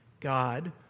God